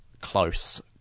close